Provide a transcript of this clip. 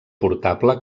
portable